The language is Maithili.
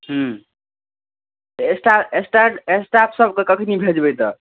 ह्म्म तऽ स्टा स्टा स्टाफसभके कखनि भेजबै तऽ